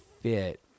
fit